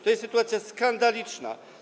To jest sytuacja skandaliczna.